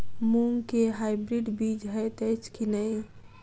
मूँग केँ हाइब्रिड बीज हएत अछि की नै?